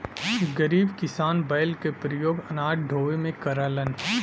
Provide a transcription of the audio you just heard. गरीब किसान बैल क परियोग अनाज ढोवे में करलन